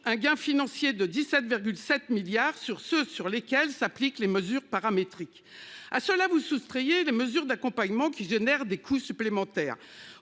un gain financier de 17 7 milliards. Sur ce, sur lesquels s'appliquent les mesures paramétriques. À cela vous soustrayez des mesures d'accompagnement qui génère des coûts supplémentaires.